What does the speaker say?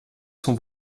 son